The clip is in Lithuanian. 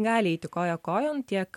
gali eiti koja kojon tiek